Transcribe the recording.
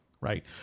right